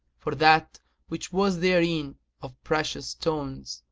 for that which was therein of precious stones,